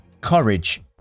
courage